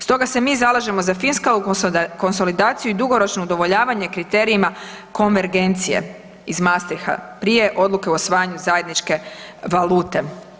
Stoga se mi zalažemo za fiskalnu konsolidaciju i dugoročno udovoljavanje kriterijima konvergencije iz Maastrichta prije odluke o usvajanju zajedničke valute.